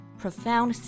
profound